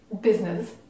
business